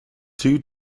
two